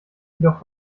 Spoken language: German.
jedoch